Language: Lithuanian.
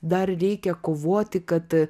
dar reikia kovoti kad